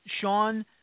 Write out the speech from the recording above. Sean